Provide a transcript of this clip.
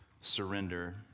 surrender